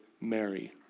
Mary